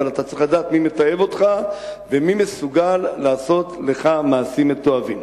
אתה צריך לדעת מי מתעב אותך ומי מסוגל לעשות לך מעשים מתועבים.